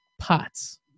pots